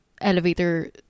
elevator